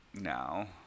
now